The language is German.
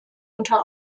unter